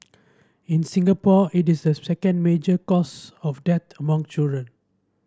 in Singapore it is the second major cause of death among children